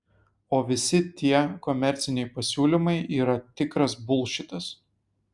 o visi tie komerciniai pasiūlymai yra tikras bulšitas